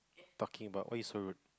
talking about why you so rude